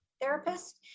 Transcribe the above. therapist